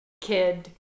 kid